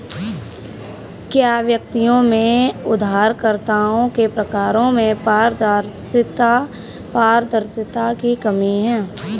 क्या व्यक्तियों में उधारकर्ताओं के प्रकारों में पारदर्शिता की कमी है?